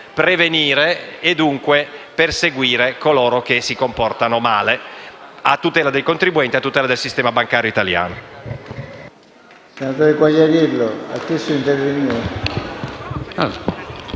prevenire e dunque perseguire coloro che si comportano male, a tutela dei contribuenti e a tutela del sistema bancario italiano.